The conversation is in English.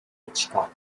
hitchcock